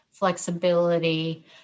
flexibility